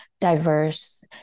diverse